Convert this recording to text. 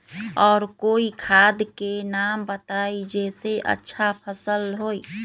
और कोइ खाद के नाम बताई जेसे अच्छा फसल होई?